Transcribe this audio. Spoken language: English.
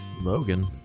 logan